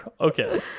okay